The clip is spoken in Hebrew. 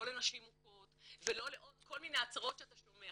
לא לנשים מוכות ולא לעוד כל מיני הצהרות שאתה שומע.